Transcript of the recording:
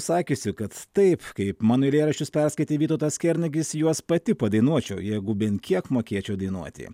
sakiusi kad taip kaip mano eilėraščius perskaitė vytautas kernagis juos pati padainuočiau jeigu bent kiek mokėčiau dainuoti